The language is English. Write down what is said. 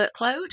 workload